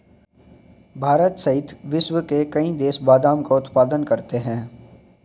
भारत सहित विश्व के कई देश बादाम का उत्पादन करते हैं